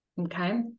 Okay